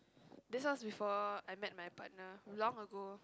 this was before I met my partner long ago